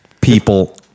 people